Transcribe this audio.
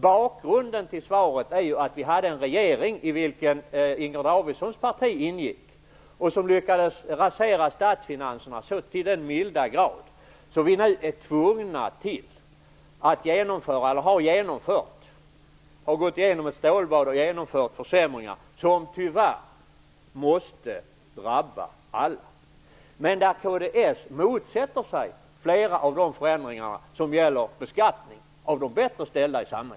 Bakgrunden är ju att vi hade en regering i vilken Inger Davidsons parti ingick och som lyckades rasera statsfinanserna så till den milda grad att vi nu har varit tvungna att gå igenom ett stålbad och genomföra försämringar som tyvärr måste drabba alla. Men kds motsätter sig flera av de förändringar som gäller beskattning av de bättre ställda i samhället.